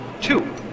two